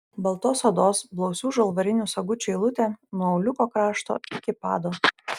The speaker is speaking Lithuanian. baltos odos blausių žalvarinių sagučių eilutė nuo auliuko krašto iki pado